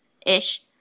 ish